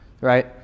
right